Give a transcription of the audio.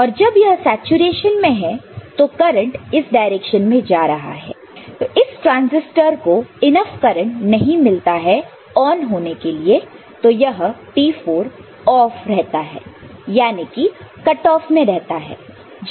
और जब यह सैचुरेशन में है तो करंट इस डायरेक्शन में जा रहा है तो इस ट्रांसिस्टर को इनफ करंट नहीं मिलता है ऑन होने के लिए तो यह T4 ऑफ रहता है याने की कट ऑफ में रहता है